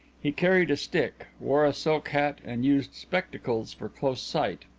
he carried a stick, wore a silk hat, and used spectacles for close sight.